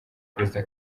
perezida